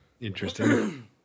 interesting